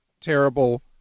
terrible